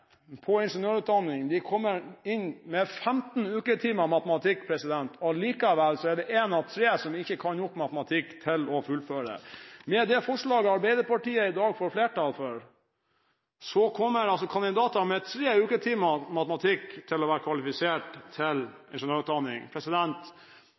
på ingeniørutdanning, kommer inn med 15 uketimer i matematikk, og likevel er det én av tre som ikke kan nok matematikk til å fullføre. Med det forslaget som Arbeiderpartiet i dag får flertall for, kommer altså kandidater med 3 uketimer i matematikk til å være kvalifisert